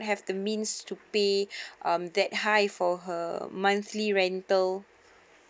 have the means to pay um that high for her monthly rental